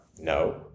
No